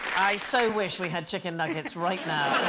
i so wish we had chicken nuggets right now.